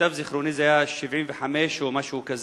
למיטב זיכרוני זה היה ב-1975 או משהו כזה.